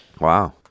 Wow